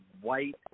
white